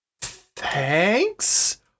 thanks